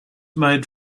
made